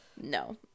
No